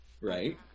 right